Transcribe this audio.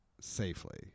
safely